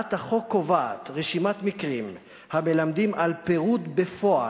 הצעת החוק קובעת רשימת מקרים המלמדים על פירוד בפועל,